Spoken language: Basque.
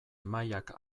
mailak